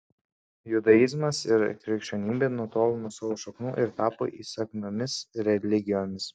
judaizmas ir krikščionybė nutolo nuo savo šaknų ir tapo įsakmiomis religijomis